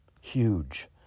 huge